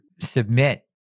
submit